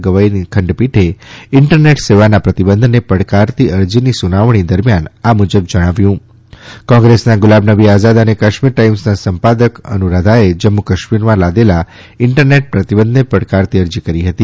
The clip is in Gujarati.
ગવાઈની ખંડપીઠે ઇન્ટરનેટ સેવાના પ્રતિબંધને પડકારતી અરજીની સુનવાણી દરમિયાન આ મુજબ જણાવ્યું કોંગ્રેસના ગુલાબનબી આઝાદ અને કાશ્મીર ટાઈમ્સના સંપાદક અનુરાધાએ જમ્મુ કાશ્મીરમાં લાદેલા ઈન્ટરનેટ પ્રતિબંધને પડકારતી અરજી કરી હતી